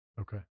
Okay